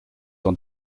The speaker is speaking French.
d’en